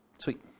Sweet